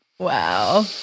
Wow